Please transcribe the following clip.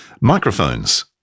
microphones